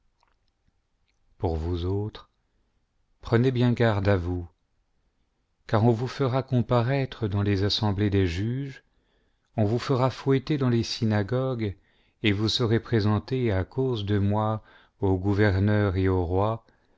pour vous autres prenez bien garde à vous car on vous fera comparaître dans les assemblées des juges ori vous fera fouetter dans les synagogues et vous serez présentés à cause de moi aux gouverneurs et aux rois